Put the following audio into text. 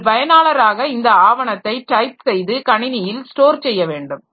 ஒரு பயனாளராக இந்த ஆவணத்தை டைப் செய்து கணினியில் ஸ்டோர் செய்ய வேண்டும்